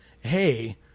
Hey